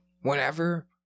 whenever